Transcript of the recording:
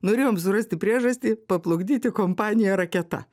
norėjom surasti priežastį paplukdyti kompaniją raketa